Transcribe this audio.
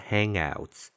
Hangouts